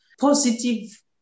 positive